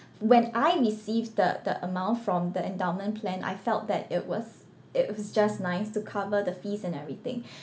when I received the the amount from the endowment plan I felt that it was it was just nice to cover the fees and everything